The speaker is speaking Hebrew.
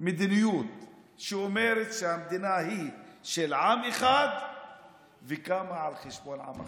מדיניות שאומרת שהמדינה היא של עם אחד וקמה על חשבון עם אחר,